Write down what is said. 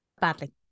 Badly